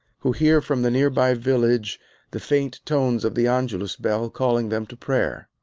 who hear from the near-by village the faint tones of the angelus bell calling them to prayer.